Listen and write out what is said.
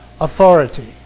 authority